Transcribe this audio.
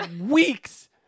weeks